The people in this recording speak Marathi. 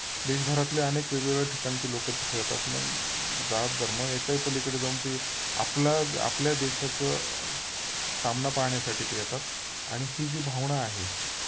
देशभरातले अनेक वेगवेगळ्या ठिकाणचे लोक तिथे येतात मग जात धर्म याच्याही पलीकडे जाऊन ते आपला आपल्या देशाचं सामना पाहण्यासाठी ते येतात आणि ही जी भावना आहे